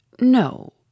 No